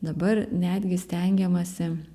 dabar netgi stengiamasi